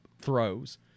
throws